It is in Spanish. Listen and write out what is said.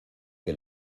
que